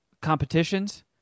competitions